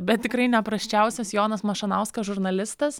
bet tikrai neprasčiausias jonas mašanauskas žurnalistas